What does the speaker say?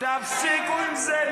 תפסיקו עם זה.